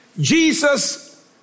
Jesus